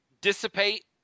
Dissipate